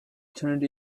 turned